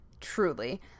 Truly